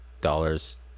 dollars